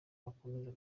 bakomeza